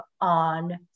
on